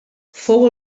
fou